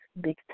big